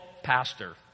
Pastor